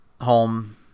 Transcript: home